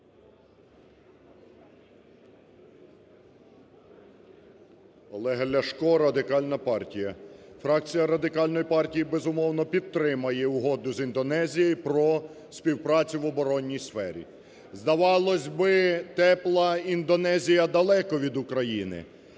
Олег Ляшко, Радикальна партія. Фракція Радикальної партії, безумовно, підтримає Угоду з Індонезією про співпрацю в оборонній сфері. Здавалось би, тепла Індонезія далеко від України,